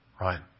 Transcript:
Right